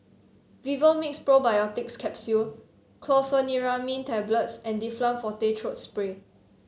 Vivomixx Probiotics Capsule Chlorpheniramine Tablets and Difflam Forte Throat Spray